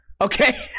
Okay